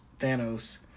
Thanos